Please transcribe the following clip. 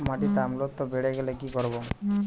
মাটিতে অম্লত্ব বেড়েগেলে কি করব?